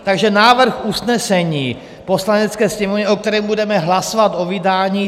Takže návrh usnesení Poslanecké sněmovny, o kterém budeme hlasovat o vydání.